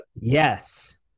yes